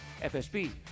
FSB